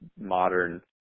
modern